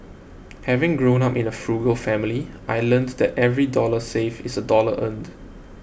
having grown up in a frugal family I learnt that every dollar saved is a dollar earned